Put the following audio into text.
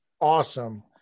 awesome